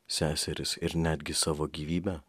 seseris ir netgi savo gyvybę